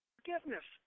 Forgiveness